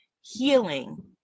healing